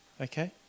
Okay